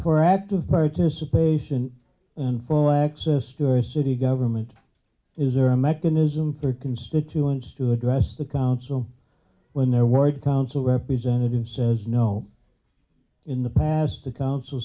for active participation and full access to or city government is are a mechanism for constituents to address the council when their word council representatives says no in the past the council